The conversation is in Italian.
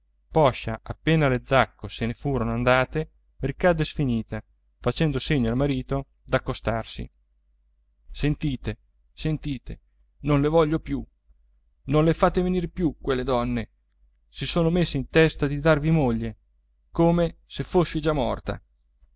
poscia appena le zacco se ne furono andate ricadde sfinita facendo segno al marito d'accostarsi sentite sentite non le voglio più non le fate venir più quelle donne si son messe in testa di darvi moglie come se fossi già morta